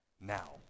now